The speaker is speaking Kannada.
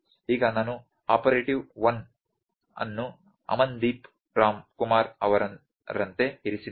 ಈಗ ನಾನು ಆಪರೇಟಿವ್ ಒನ್operative one's ಅನ್ನು ಅಮನ್ ದೀಪ್ ರಾಮ್ ಕುಮಾರ್ ಅವರಂತೆ ಇರಿಸಿದ್ದೇನೆ